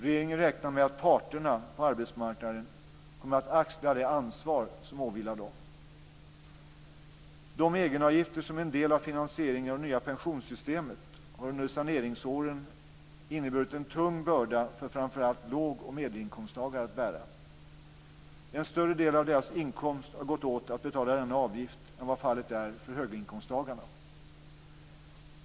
Regeringen räknar med att parterna på arbetsmarknaden kommer att axla det ansvar som åvilar dem. De egenavgifter som är en del av finansieringen av det nya pensionssystemet har under saneringsåren inneburit en tung börda för framför allt låg och medelinkomsttagare att bära. En större del av deras inkomster har gått åt till att betala dessa avgifter än vad fallet är för höginkomsttagarna.